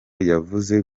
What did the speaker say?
yavuze